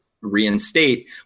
reinstate